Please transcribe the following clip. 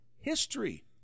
history